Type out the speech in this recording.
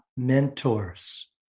mentors